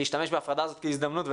הלוואי ואנחנו לא נתבדה.